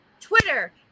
Twitter